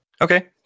Okay